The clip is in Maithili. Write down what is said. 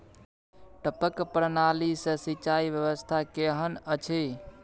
टपक प्रणाली से सिंचाई व्यवस्था केहन अछि?